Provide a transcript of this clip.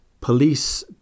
police